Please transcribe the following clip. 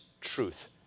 truth